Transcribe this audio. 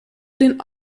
den